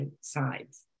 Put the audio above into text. sides